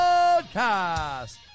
Podcast